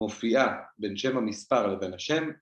‫מופיעה בין שם המספר לבין השם.